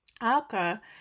Alca